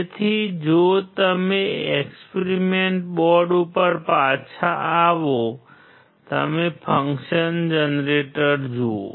તેથી જો તમે એક્સપેરિમેન્ટ બોર્ડ ઉપર પાછા આવો અને તમે ફંક્શન જનરેટર જુઓ